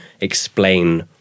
explain